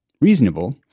reasonable